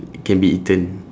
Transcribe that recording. can be eaten